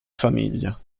famiglia